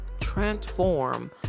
transform